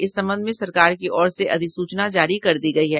इस संबंध में सरकार की ओर से अधिसूचना जारी कर दी गयी है